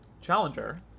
Challenger